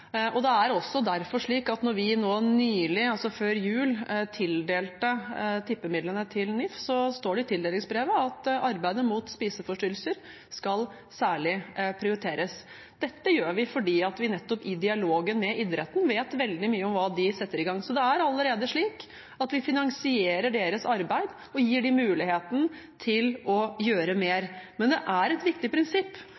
Det er også derfor slik at da vi nå nylig, før jul, tildelte tippemidlene til NIF, sto det i tildelingsbrevet at arbeidet mot spiseforstyrrelser skal særlig prioriteres. Dette gjør vi fordi vi nettopp i dialogen med idretten vet veldig mye om hva de setter i gang. Så det er allerede slik at vi finansierer deres arbeid og gir dem muligheten til å gjøre